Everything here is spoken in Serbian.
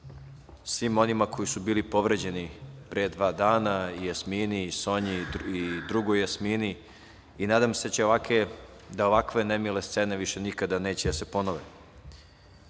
svima onima koji su bili povređeni pre dva dana, Jasmini, Sonji i drugoj Jasmini i nadam se da ovakve nemile scene više nikada neće da se